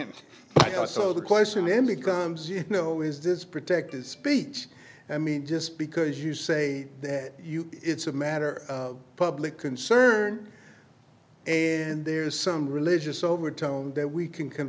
him i also the question am becomes you know is this protected speech i mean just because you say that it's a matter of public concern and there's some religious overtone that we can c